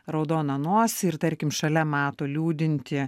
raudoną nosį ir tarkim šalia mato liūdintį